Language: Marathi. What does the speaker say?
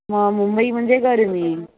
मग मुंबई म्हणजे गरमी